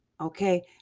okay